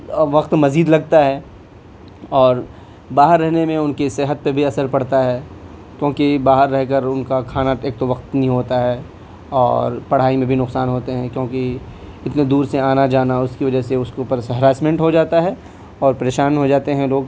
اور وقت مزید لگتا ہے اور باہر رہنے میں ان کی صحت پہ بھی اثر پڑتا ہے کیوں کہ باہر رہ کر روم کا کھانا ایک تو وقت نہیں ہوتا ہے اور پڑھائی میں بھی نقصان ہوتے ہیں کیوں کہ اتنے دور سے آنا جانا اس کی وجہ سے اس کے اوپر ہراسمینٹ ہو جاتا ہے اور پریشان ہو جاتے ہیں لوگ